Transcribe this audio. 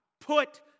Put